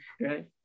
Right